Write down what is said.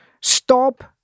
Stop